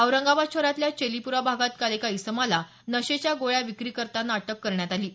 औरंगाबाद शहरातल्या चेलीपूरा भागात काल एका इसमाला नशेच्या गोळ्या विक्री करताना अटक करण्यात आली आहे